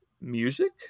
Music